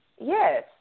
Yes